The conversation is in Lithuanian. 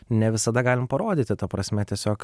ne visada galim parodyti ta prasme tiesiog